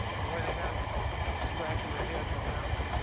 boy, they had them scratching their heads on that one.